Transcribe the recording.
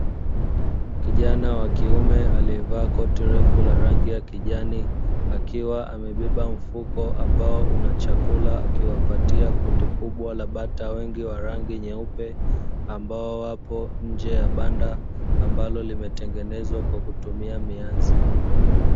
Kijana wa kiume aliyevaa koti refu la rangi ya kijani, akiwa amebeba mfuko ambao una chakula akiwapatia kundi kubwa la bata wengi wa rangi nyeupe, ambao wapo nje ya banda ambalo limetengenezwa kwa kutumia mianzi.